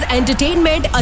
Entertainment